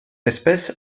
espèce